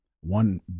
One